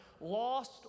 lost